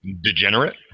degenerate